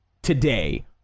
today